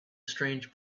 strange